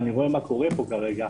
ואני רואה מה קורה פה כרגע,